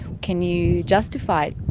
can you justify